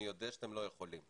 אני יודע שאתם לא יכולים,